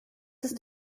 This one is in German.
ist